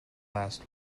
last